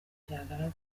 byagaragaye